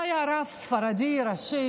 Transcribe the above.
הוא היה רב ספרדי ראשי.